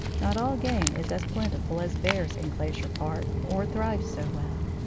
not all game is as plentiful as bears in glacier park or thrives so well.